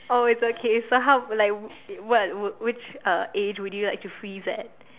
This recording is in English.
oh it's okay so how like what would which uh age would you like to freeze at